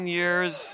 years